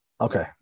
Okay